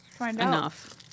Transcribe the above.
enough